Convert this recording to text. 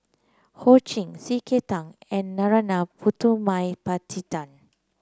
Ho Ching C K Tang and Narana Putumaippittan